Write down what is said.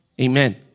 Amen